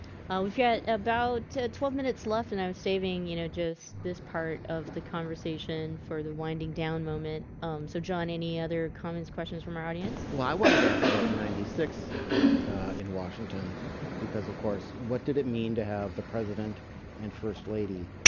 we've got about twelve minutes left and i was saving, you know just this part of the conversation for the winding down moment. so john any other comments questions from our audience? well, i wanted to ask about the ninety six in washington because of course, what did it mean to have the president and first lady?